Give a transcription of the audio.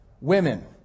Women